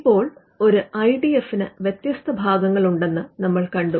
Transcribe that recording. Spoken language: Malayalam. ഇപ്പോൾ ഒരു ഐ ഡി എഫിന് വ്യത്യസ്ത ഭാഗങ്ങളുണ്ടെന്ന് നമ്മൾ കണ്ടു